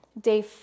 Day